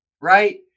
right